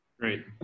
Great